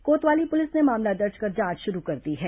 कोतवाली पुलिस ने मामला दर्ज कर जांच शुरू कर दी है